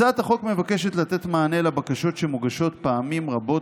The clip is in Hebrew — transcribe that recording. הצעת החוק מבקשת לתת מענה על בקשות שמוגשות פעמים רבות